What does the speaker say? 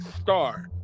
star